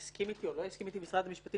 ויסכים או לא יסכים איתי משרד המשפטים